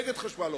נגד חשמל,